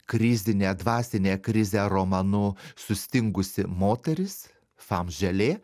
krizinę dvasinę krizę romanu sustingusi moteris fam želė